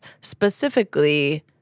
Specifically